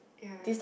yeah